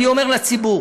אני אומר לציבור: